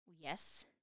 Yes